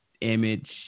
image